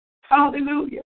Hallelujah